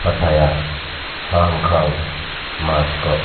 Pattaya Hong Kong Moscow